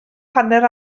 hanner